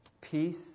peace